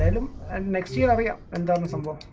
and them and make seattle but yeah and